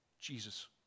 Jesus